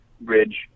bridge